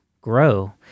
grow